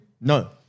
No